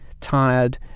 tired